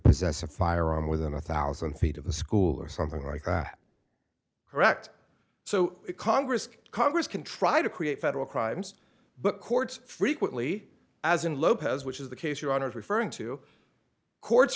possess a firearm within a thousand feet of the school or something like that correct so congress congress can try to create federal crimes but courts frequently as in lopez which is the case you are referring to court